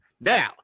Now